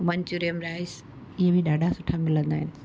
Manchurian rice इहे बि ॾाढा सुठा मिलंदा आहिनि